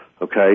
Okay